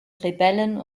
rebellen